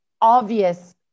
obvious